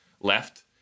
left